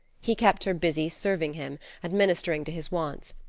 he kept her busy serving him and ministering to his wants.